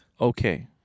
Okay